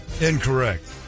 Incorrect